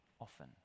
often